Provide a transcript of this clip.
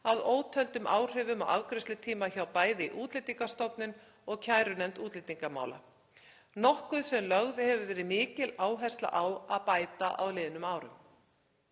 að ótöldum áhrifum á afgreiðslutíma hjá bæði Útlendingastofnun og kærunefnd útlendingamála, nokkuð sem lögð hefur verið mikil áhersla á að bæta á liðnum árum.